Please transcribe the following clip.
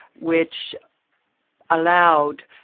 which allowed